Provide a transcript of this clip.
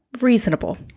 reasonable